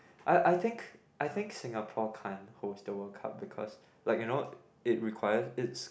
I I think I think Singapore can't host the World Cup because like you know it require it's